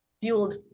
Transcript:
fueled